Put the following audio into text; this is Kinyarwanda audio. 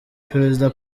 perezida